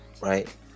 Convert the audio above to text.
right